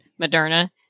Moderna